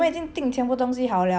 have to cancel everything like